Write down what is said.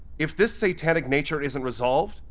if this satanic nature isn't resolved,